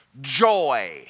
joy